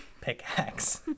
pickaxe